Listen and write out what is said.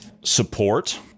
support